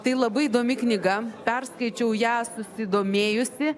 tai labai įdomi knyga perskaičiau ją susidomėjusi